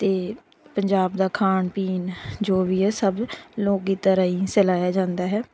ਅਤੇ ਪੰਜਾਬ ਦਾ ਖਾਣ ਪੀਣ ਜੋ ਵੀ ਹੈ ਸਭ ਲੋਕ ਗੀਤਾਂ ਰਾਹੀਂ ਚਲਾਇਆ ਜਾਂਦਾ ਹੈ